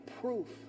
Proof